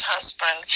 husband